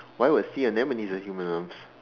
why would sea anemones have human arms